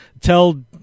tell